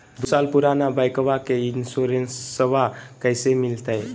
दू साल पुराना बाइकबा के इंसोरेंसबा कैसे मिलते?